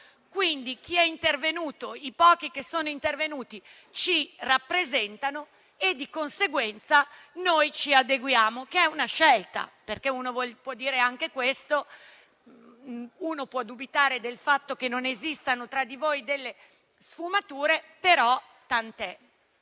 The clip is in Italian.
quindi i pochi che sono intervenuti ci rappresentano e di conseguenza noi ci adeguiamo». È una scelta, perché uno può dire anche questo. Uno può dubitare del fatto che non esistano tra di voi delle sfumature, però tant'è.